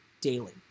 Daily